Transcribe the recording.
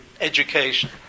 education